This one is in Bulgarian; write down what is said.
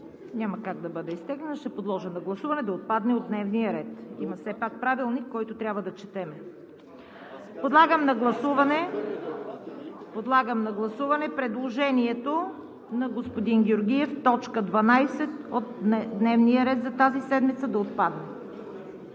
Няма как да бъде изтеглена – ще подложа на гласуване да отпадне от дневния ред. Има Правилник, който трябва да четем! Подлагам на гласуване предложението на господин Георгиев т. 12 от дневния ред за тази седмица да отпадне.